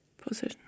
position